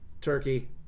turkey